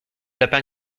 lapin